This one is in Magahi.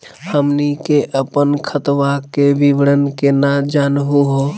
हमनी के अपन खतवा के विवरण केना जानहु हो?